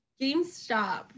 GameStop